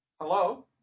Hello